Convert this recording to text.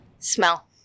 Smell